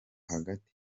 hagati